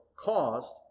caused